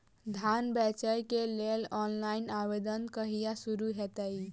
धान बेचै केँ लेल ऑनलाइन आवेदन कहिया शुरू हेतइ?